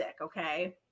okay